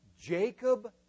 Jacob